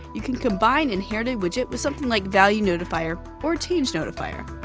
you can combine inheritedwidget with something like valuenotifier or changenotifier.